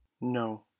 No